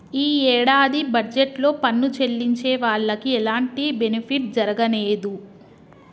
యీ యేడాది బడ్జెట్ లో పన్ను చెల్లించే వాళ్లకి ఎలాంటి బెనిఫిట్ జరగనేదు